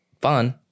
fun